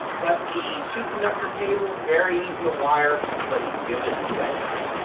but the two conductor cable, very easy to wire. anybody can do it. you guys got it.